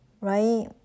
right